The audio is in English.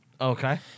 Okay